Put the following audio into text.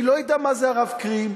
אני לא יודע מה זה הרב קרים,